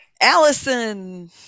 Allison